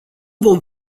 vom